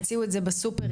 הציעו את זה בסופרים.